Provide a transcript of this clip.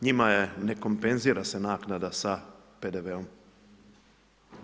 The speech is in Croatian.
Njima je, nekompenzira se naknada sa PDV-om.